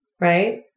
right